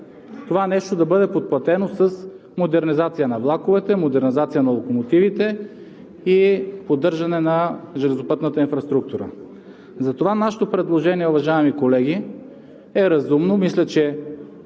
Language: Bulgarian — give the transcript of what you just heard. това нещо да бъде подплатено с модернизация на влаковете, модернизация на локомотивите и поддържане на железопътната инфраструктура. Нашето предложение, уважаеми колеги, е разумно. Мисля, че